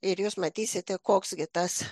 ir jūs matysite koks tas